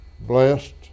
blessed